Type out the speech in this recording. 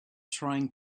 trying